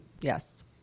Yes